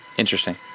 interesting.